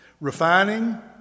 Refining